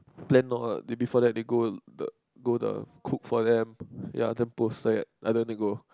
plan lor they before that they go the go the cook for them ya then post set ah then they go